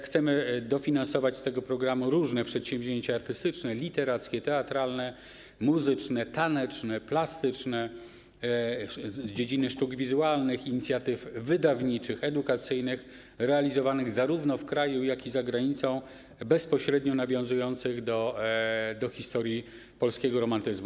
Chcemy dofinansować z tego programu różne przedsięwzięcia artystyczne: literackie, teatralne, muzyczne, taneczne, plastyczne, z dziedziny sztuk wizualnych, inicjatyw wydawniczych, edukacyjnych realizowanych zarówno w kraju, jak i za granicą, bezpośrednio nawiązujących do historii polskiego romantyzmu.